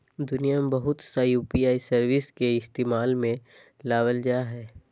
दुनिया में बहुत सा यू.पी.आई सर्विस के इस्तेमाल में लाबल जा हइ